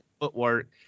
footwork